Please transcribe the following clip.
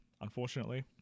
unfortunately